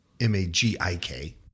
M-A-G-I-K